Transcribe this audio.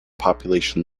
population